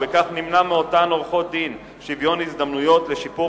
ובכך נמנע מאותן עורכות-דין שוויון הזדמנויות לשיפור